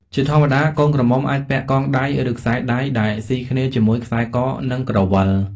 ជាធម្មតាកូនក្រមុំអាចពាក់កងដៃឬខ្សែដៃដែលស៊ីគ្នាជាមួយខ្សែក និង ក្រវិល។